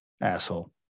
asshole